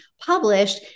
published